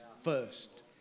first